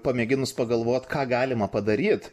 pamėginus pagalvot ką galima padaryt